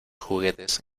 juguetes